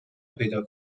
پیدا